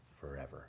forever